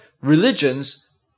religions